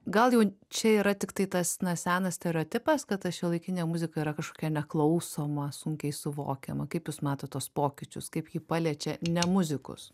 gal jau čia yra tiktai tas na senas stereotipas kad ta šiuolaikinė muzika yra kažkokia neklausoma sunkiai suvokiama kaip jūs matot tuos pokyčius kaip ji paliečia ne muzikus